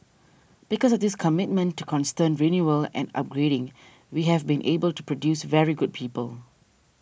because of this commitment to constant renewal and upgrading we have been able to produce very good people